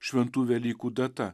šventų velykų data